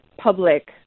public